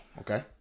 Okay